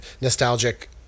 nostalgic